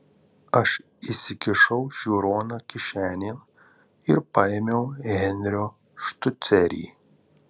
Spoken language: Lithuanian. aš įsikišau žiūroną kišenėn ir paėmiau henrio štucerį